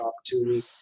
opportunity